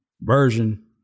version